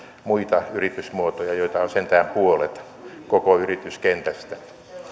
muita yritysmuotoja joita on sentään puolet koko yrityskentästä